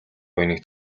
буяныг